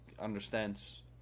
understands